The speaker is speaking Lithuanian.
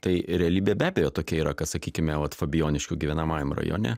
tai realybė be abejo tokia yra kad sakykime vat fabijoniškių gyvenamajam rajone